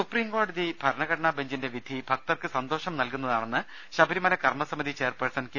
സുപ്രീംകോടതി ഭരണഘടനാ ബഞ്ചിന്റെ വിധി ഭക്തർക്ക് സന്തോഷം നൽകുന്നതാണെന്ന് ശബരിമല കർമ്മസമിതി ചെയർപേഴ്സൺ കെ